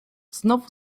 znowu